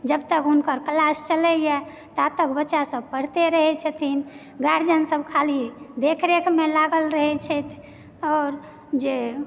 जबतक हुनकर क्लास चलेए तातक बच्चासभ पढ़िते रहय छथिन गार्जियनसभ खाली देखरेखमे लागल रहय छथि आओर जे